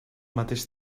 mateix